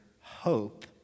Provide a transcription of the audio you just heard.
hope